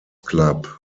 club